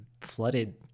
flooded